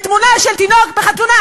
בתמונה של תינוק בחתונה.